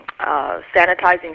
sanitizing